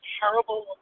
terrible